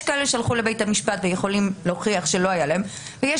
יש כאלה שהלכו לבית המשפט ויכולים להוכיח שלא הייתה להם ויש